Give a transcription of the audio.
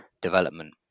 development